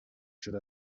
should